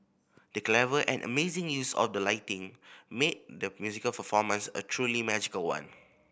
the clever and amazing use of the lighting made the musical performance a truly magical one